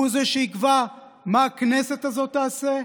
הוא זה שיקבע מה הכנסת הזאת תעשה,